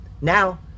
Now